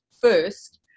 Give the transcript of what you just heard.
first